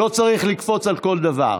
לא צריך לקפוץ על כל דבר.